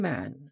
Man